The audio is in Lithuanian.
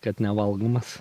kad nevalgomas